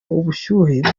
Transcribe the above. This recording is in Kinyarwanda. ubushyuhe